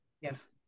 Yes